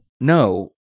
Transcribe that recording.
no